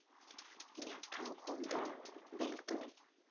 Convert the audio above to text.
ᱤᱧᱟᱹᱜ ᱴᱷᱟᱶ ᱠᱷᱚᱱ ᱫᱚ ᱵᱮᱝᱠ ᱫᱚ